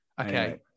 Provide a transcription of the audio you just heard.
okay